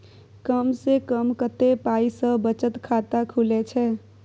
कम से कम कत्ते पाई सं बचत खाता खुले छै?